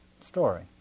story